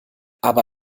aber